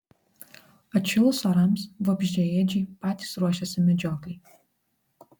atšilus orams vabzdžiaėdžiai patys ruošiasi medžioklei